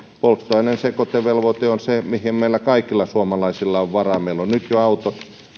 polttoaineen sekoitevelvoite on se mihin meillä kaikilla suomalaisilla on varaa meillä on jo nyt autot